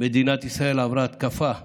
מדינת ישראל עברה התקפה ברברית,